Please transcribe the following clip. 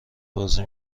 بازی